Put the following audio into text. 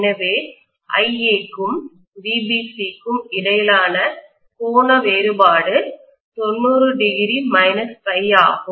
எனவே IA க்கும் VBC க்கும் இடையிலான கோண வேறுபாடு 90° ∅ ஆகும்